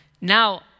Now